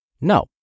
No